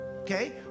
Okay